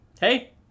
Hey